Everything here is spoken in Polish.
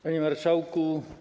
Panie Marszałku!